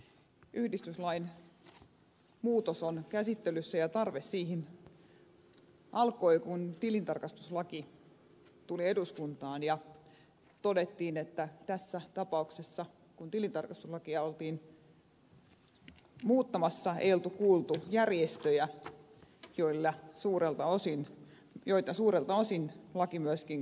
yhdistyslain muutos on käsittelyssä ja tarve siihen alkoi kun tilintarkastuslaki tuli eduskuntaan ja todettiin että tässä tapauksessa kun tilintarkastuslakia oltiin muuttamassa ei ollut kuultu järjestöjä joita suurelta osin laki myöskin kosketti ollenkaan